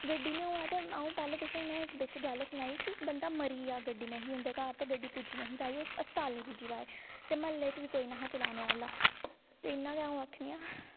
गड्डी निं होऐ ते अ'ऊं पैहलें तुसेंगी में बिच्च इक गल्ल सनाई कि बंदा मरी गेआ गड्डी नेईं ही उंदे घर ते गड्डी पुज्जी नेईं ही पाई ओह् अस्पताल नेईं पुज्जी पाए ते म्हल्ले च बी कोई नेईं हा चलाने आह्ला ते इ'यां गै अ'ऊं आक्खनी आं